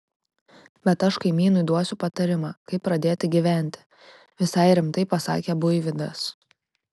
bet aš kaimynui duosiu patarimą kaip pradėti gyventi visai rimtai pasakė buivydas